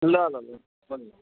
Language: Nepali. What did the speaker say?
ल ल ल